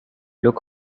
look